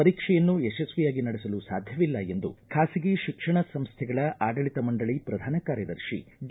ಪರೀಕ್ಷೆಯನ್ನು ಯಶಸ್ವಿಯಾಗಿ ನಡೆಸಲು ಸಾಧ್ಯವಿಲ್ಲ ಎಂದು ಖಾಸಗಿ ಶಿಕ್ಷಣ ಸಂಸ್ಥೆಗಳ ಆಡಳಿತ ಮಂಡಳಿ ಪ್ರಧಾನ ಕಾರ್ಯದರ್ಶಿ ಡಿ